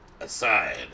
Aside